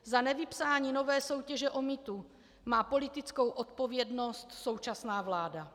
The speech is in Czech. Za nevypsání nové soutěže o mýtu má politickou odpovědnost současná vláda.